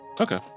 Okay